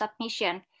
submission